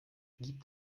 gibt